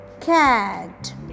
Cat